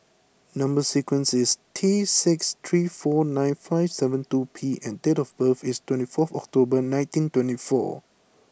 number sequence is T six three four nine five seven two P and date of birth is twenty four October nineteen twenty four